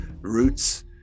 roots